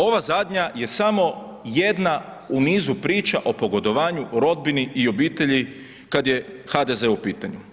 Ova zadnja je samo jedna u nizu priča o pogodovanju rodbini i obitelji kad je HDZ u pitanju.